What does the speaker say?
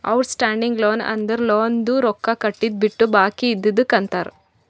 out standing loan ಅಂದುರ್ ಲೋನ್ದು ರೊಕ್ಕಾ ಕಟ್ಟಿದು ಬಿಟ್ಟು ಬಾಕಿ ಇದ್ದಿದುಕ್ ಅಂತಾರ್